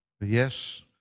Yes